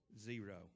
zero